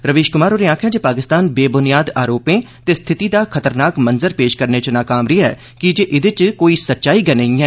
रवीश कुमार होरें आक्खेआ जे पाकिस्तान निराधार अरोपें ते स्थिति दा खतरनाक मंजर पेश करने च नाकाम रेआ की र्जे एहदे च कोई सच्चाई नेई ऐ